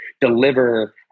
deliver